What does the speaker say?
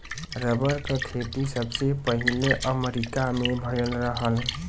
rubber क खेती सबसे पहिले अमरीका में भयल रहल